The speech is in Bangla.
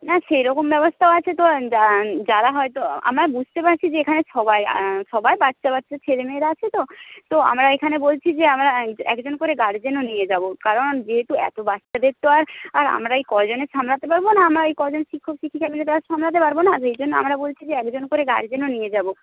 না সেইরকম ব্যবস্থাও আছে তো যারা হয়তো আমরা বুঝতে পারছি যে এখানে সবাই সবাই বাচ্চা বাচ্চা ছেলেমেয়েরা আছে তো তো আমরা এখানে বলছি যে আমরা একজন করে গার্জেনও নিয়ে যাব কারণ যেহেতু এত বাচ্চাদের তো আর আর আমরা এই কজনে সামলাতে পারব না আমরা এই কজন শিক্ষক শিক্ষিকা মিলে তো আর সামলাতে পারব না সেইজন্য আমরা বলছি যে একজন করে গার্জেনও নিয়ে যাব